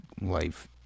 life